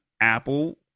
Apple